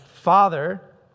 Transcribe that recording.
father